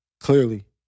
clearly